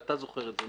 אתה זוכר את זה.